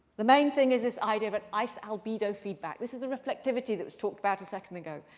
the main thing is this idea of an ice albedo feedback. this is the reflectivity that was talked about a second ago.